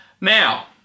Now